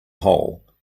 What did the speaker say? hole